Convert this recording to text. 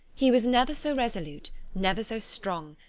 he was never so resolute, never so strong,